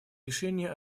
решение